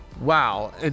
Wow